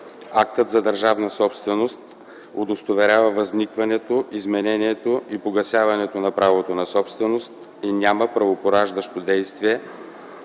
Актът за държавна собственост удостоверява възникването, изменението и погасяването на правото на собственост и няма правопораждащо действие,